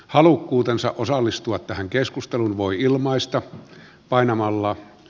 halukkuutensa osallistua tähän keskusteluun voi ilmaista painamalla